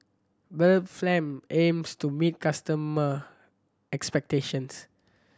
Blephagel aims to meet customer expectations